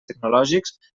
tecnològics